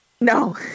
No